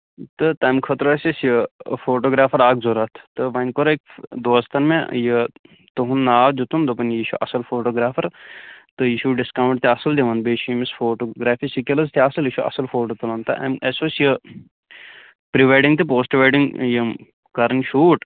تہٕ تَمہِ خٲطرٕ ٲسۍ اَسہِ یہِ فوٹوگریفر اکھ ضرتھ تہٕ وَنۍ کوٚر اَسہِ دوستن مےٚ یہِ تُہُند ناو دِتُن دوٚپُن یہِ چھُ اَصٕل فوٹوگریفر تہٕ یہِ چھُو ڈِسکاونٹ تہِ اَصٕل دِوان بیٚیہِ چھُ أمِس فوٹوگریفی سِکِلٔز تہِ اَصٕل یہِ چھُ اَصٕل فوٹو تُلان تہٕ اَمہِ اَسہِ اوس یہِ پری ویڈِنگ تہِ پوسٹ ویڈِنگ یِم کَرٕنۍ شوٗٹ